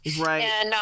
right